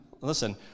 listen